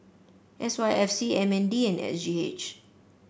S Y F C M N D and S G H